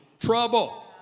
trouble